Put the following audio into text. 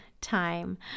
time